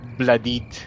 bloodied